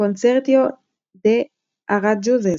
Concierto de Aranjuez.